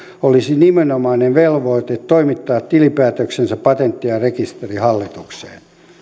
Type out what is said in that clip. olisi nimenomainen velvoite toimittaa tilinpäätöksensä patentti ja rekisterihallitukseen